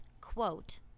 quote